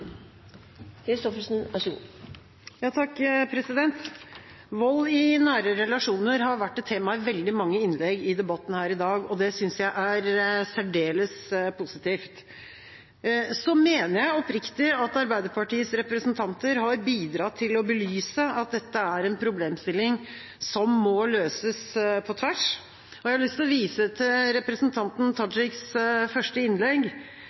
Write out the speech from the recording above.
særdeles positivt. Så mener jeg oppriktig at Arbeiderpartiets representanter har bidratt til å belyse at dette er en problemstilling som må løses på tvers. Jeg har lyst til å vise til representanten Tajiks første innlegg,